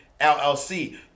LLC